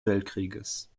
weltkrieges